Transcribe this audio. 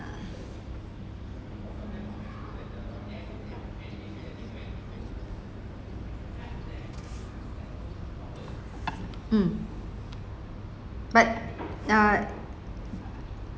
mm but uh